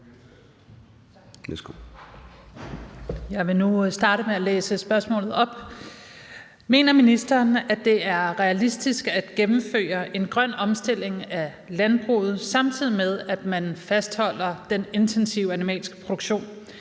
Jeg vil starte med at læse spørgsmålet op. Mener ministeren, at det er realistisk at gennemføre en grøn omstilling af landbruget, samtidig med at man fastholder den intensive animalske produktion,